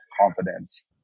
confidence